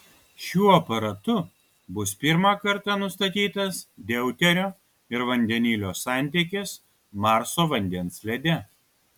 šiuo aparatu bus pirmą kartą nustatytas deuterio ir vandenilio santykis marso vandens lede